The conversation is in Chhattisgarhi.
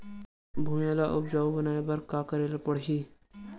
भुइयां ल उपजाऊ बनाये का करे ल पड़ही?